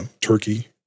Turkey